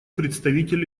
представитель